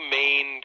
main